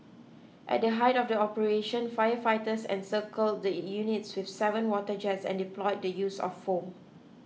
at the height of the operation firefighters encircle the units with seven water jets and deploy the use of foam